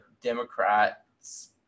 Democrats